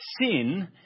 sin